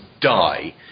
die